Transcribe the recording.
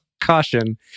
caution